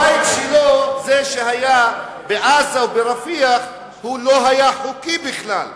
הבית של זה שהיה בעזה או ברפיח לא היה חוקי בכלל,